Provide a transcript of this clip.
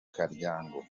karyango